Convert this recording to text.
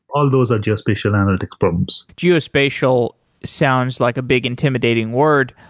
all those are geospatial analytics problems geospatial sounds like a big intimidating word,